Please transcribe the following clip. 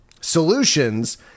solutions